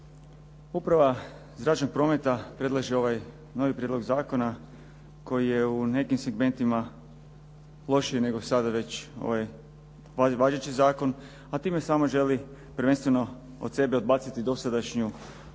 Uprava zračnog prometa predlaže ovaj novi prijedlog zakona koji je u nekim segmentima lošiji nego sada već ovaj važeći zakon, a time samo želi prvenstveno od sebe odbaciti dosadašnju